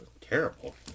terrible